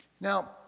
Now